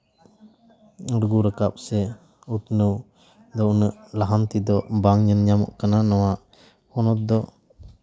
ᱩᱲᱜᱩ ᱨᱟᱠᱟᱵ ᱥᱮ ᱩᱛᱱᱟᱹᱣ ᱫᱚ ᱩᱱᱟᱹᱜ ᱞᱟᱦᱟᱱᱛᱤ ᱫᱚ ᱵᱟᱝ ᱧᱮᱞ ᱧᱟᱢᱚᱜ ᱠᱟᱱᱟ ᱱᱚᱣᱟ ᱦᱚᱱᱚᱛ ᱫᱚ